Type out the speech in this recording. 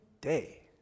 day